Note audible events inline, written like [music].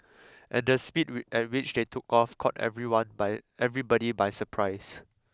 and the speed [unintelligible] at which they took off caught everyone by everybody by surprise